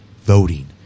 voting